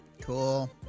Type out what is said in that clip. cool